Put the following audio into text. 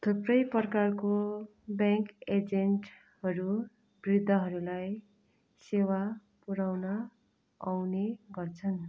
थुप्रै प्रकारको ब्याङ्क एजेन्टहरू वृद्धहरूलाई सेवा पुऱ्याउन आउने गर्छन्